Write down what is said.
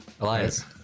Elias